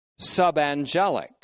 subangelic